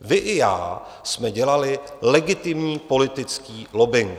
Vy i já jsme dělali legitimní politický lobbing.